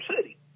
city